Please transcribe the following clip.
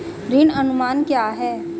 ऋण अनुमान क्या है?